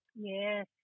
Yes